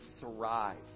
thrive